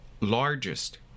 largest